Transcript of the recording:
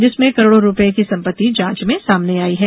जिसमें करोड़ो रूपये की सम्पत्ति जांच में सामने आई है